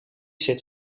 zit